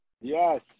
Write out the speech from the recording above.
Yes